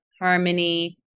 harmony